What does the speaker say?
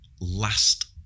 last